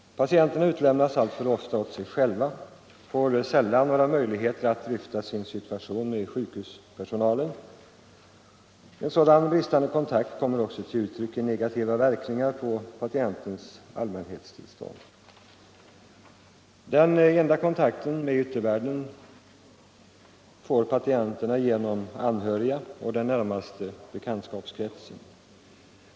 Patienterna utelämnas alltför ofta åt sig själva, får sällan några möjligheter att dryfta sin situation med sjukhuspersonalen. En sådan bristande kontakt kommer till uttryck i negativa verkningar på patienternas allmäntillstånd. Den enda kontakten med yttervärlden får patienterna genom anhöriga och den närmaste bekantskapskretsen.